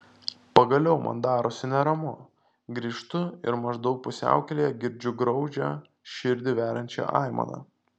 pagaliau man darosi neramu grįžtu ir maždaug pusiaukelėje girdžiu graudžią širdį veriančią aimaną